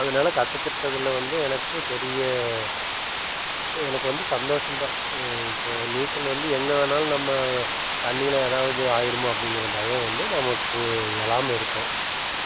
அதனால் கத்துக்கிட்டதில் வந்து எனக்கு பெரிய எனக்கு வந்து சந்தோஷம் தான் இப்போது நீச்சல் வந்து எங்கே வேணாலும் நம்ம தண்ணியில ஏதாவது ஆயிடுமோ அப்படிங்கிற பயம் வந்து நமக்கு இல்லாம இருக்கும்